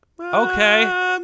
Okay